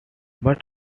but